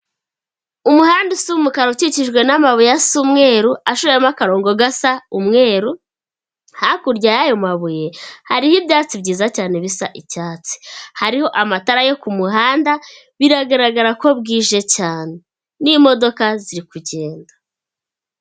Umuhanda usa umukara ukikijwe n'amabuye asa umweru ashushanyijemo akarongo gasa umweru, hakurya y'ayo mabuye hariho ibyatsi byiza cyane bisa icyatsi. Hariho amatara yo ku muhanda, biragaragara ko bwije cyane n'imodoka zirikugenda.